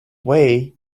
way